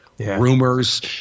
rumors